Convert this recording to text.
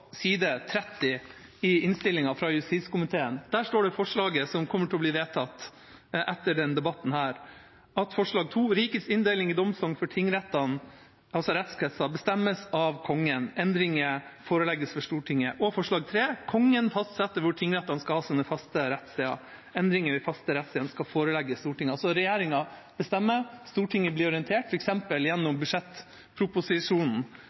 side 30 i innstillinga fra justiskomiteen. Der står forslaget som kommer til å bli vedtatt etter denne debatten. I forslag nr. 2 står det: «Rikets inndeling i domssogn for tingrettene bestemmes av Kongen. Endringer i rettskretsene skal forelegges for Stortinget.» I forslag nr. 3 står det: «Kongen fastsetter hvor tingrettene skal ha sine faste rettssteder. Endringer i de faste rettsstedene skal forelegges for Stortinget.» Altså: Regjeringa bestemmer, Stortinget blir orientert,